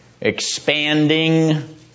expanding